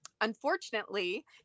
unfortunately